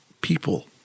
people